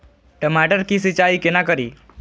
टमाटर की सीचाई केना करी?